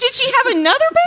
you have another but